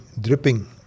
dripping